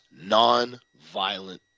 nonviolent